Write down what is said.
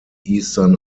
eastern